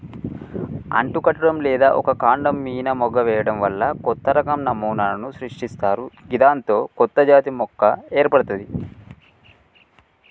అంటుకట్టడం లేదా ఒక కాండం మీన మొగ్గ వేయడం వల్ల కొత్తరకం నమూనాను సృష్టిస్తరు గిదాంతో కొత్తజాతి మొక్క ఏర్పడ్తది